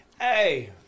Hey